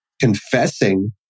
confessing